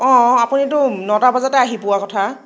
অ' আপুনিতো নটা বজাতে আহি পোৱাৰ কথা